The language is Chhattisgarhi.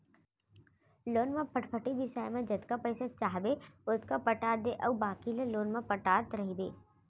लोन म फटफटी बिसाए म जतका पइसा चाहबे ओतका पटा दे अउ बाकी ल लोन म पटात रइबे